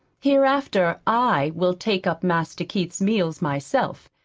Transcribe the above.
hereafter i will take up master keith's meals myself.